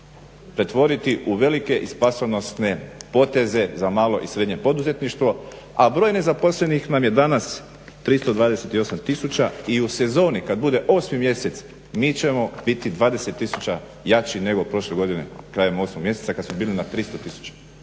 pretvoriti u velike i spasonosne poteze za malo i srednje poduzetništvo. A broj nezaposlenih nam je danas 328 tisuća. I u sezoni kada bude 8 mjesec mi ćemo biti 20 tisuća jači nego prošle godine krajem 8 mjeseca kada smo bili na 300 tisuća.